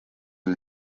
oli